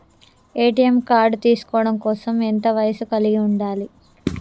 ATM card తీసుకోవడం కోసం ఎంత వయస్సు కలిగి ఉండాలి?